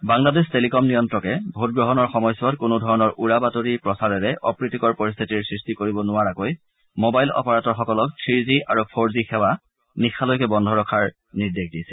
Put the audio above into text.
Bangladesh telecom নিয়ন্ত্ৰকে ভোট গ্ৰহণৰ সময়ছোৱাত কোনো ধৰণৰ উৰা বাতৰি প্ৰচাৰেৰে অপ্ৰীতিকৰ পৰিস্থিতিৰ সৃষ্টি কৰিব নোৱাৰাকৈ মবাইল অপাৰেটৰসকলক থি জি আৰু ফৰ জি সেৱা নিশালৈকে বন্ধ ৰখাৰ নিৰ্দেশ দিছে